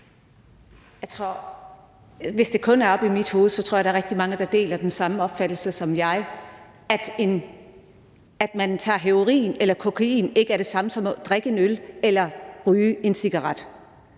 Hvis det kun er oppe i mit hoved, tror jeg, der er rigtig mange, der deler den samme opfattelse som mig, nemlig at det at tage heroin eller kokain ikke er det samme som at drikke en øl eller ryge en cigaret.